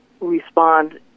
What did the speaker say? respond